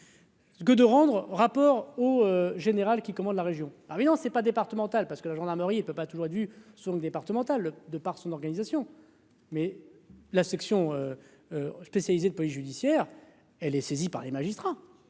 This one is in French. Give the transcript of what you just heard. Que de rendre rapport au général qui commande la région ah oui, non c'est pas départemental parce que la gendarmerie il peut pas toujours du sur une départementale de par son organisation. Mais la section spécialisée de police judiciaire, elle est saisie par les magistrats